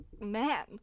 man